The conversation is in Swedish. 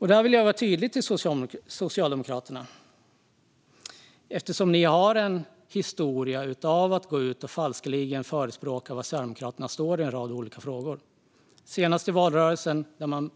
Här vill jag vara tydlig mot Socialdemokraterna, eftersom de har en historia av att falskeligen säga var Sverigedemokraterna står i en rad frågor. I den senaste valrörelsen påstod man